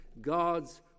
God's